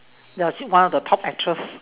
they're actually one of the top actress